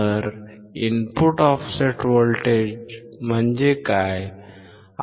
तर input offset voltage म्हणजे काय